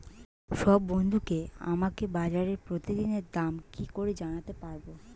সব বন্ধুকে আমাকে বাজারের প্রতিদিনের দাম কি করে জানাতে পারবো?